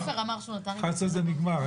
סופר אמר שהוא נתן --- ב-11:00 זה נגמר.